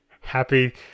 Happy